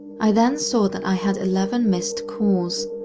i then saw that i had eleven missed calls,